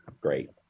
great